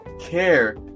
care